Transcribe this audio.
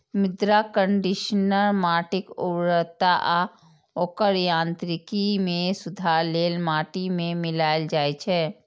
मृदा कंडीशनर माटिक उर्वरता आ ओकर यांत्रिकी मे सुधार लेल माटि मे मिलाएल जाइ छै